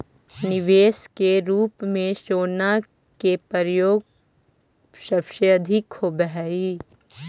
निवेश के रूप में सोना के प्रयोग सबसे अधिक होवऽ हई